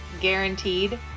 guaranteed